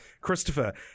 christopher